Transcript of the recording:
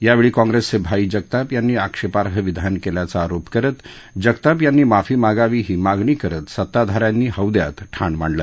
यावेळी काँग्रेसचे आई जगताप यांनी आक्षेपार्ह विधान केल्याचा आरोप करत जगताप यांनी माफी मागावी ही मागणी करत सत्ताधाऱ्यांनी हौद्यात ठाण मांडलं